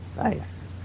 Nice